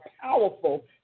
powerful